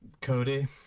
Cody